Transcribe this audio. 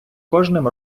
кожним